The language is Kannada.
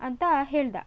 ಅಂತ ಹೇಳಿದ